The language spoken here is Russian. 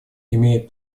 имеют